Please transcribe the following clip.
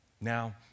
Now